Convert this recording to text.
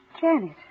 Janet